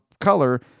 color